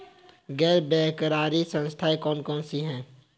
गैर बैंककारी संस्थाएँ कौन कौन सी हैं?